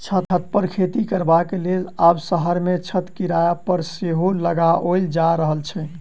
छत पर खेती करबाक लेल आब शहर मे छत किराया पर सेहो लगाओल जा रहल छै